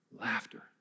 Laughter